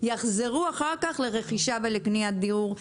יחזרו אחר-כך לרכישה ולקניית דיור.